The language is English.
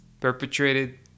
perpetrated